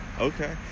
Okay